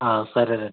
సరేనండి